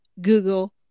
Google